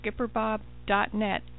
skipperbob.net